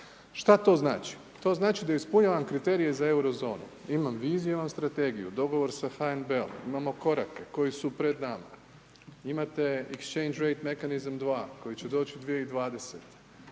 Šta to znači? To znači da ispunjavam kriterije za Euro zonu. Imam viziju, imam strategiju. Dogovor sa HNB-om. Imamo korake koji su pred nama. Imate Exchange Rate Mechanism II koji će doći 2020.